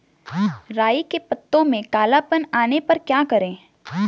राई के पत्तों में काला पन आने पर क्या करें?